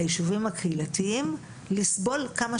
אם יגיע נציג ועדה אזורית מהצפון גם לא כל